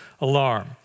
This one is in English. alarm